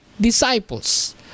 disciples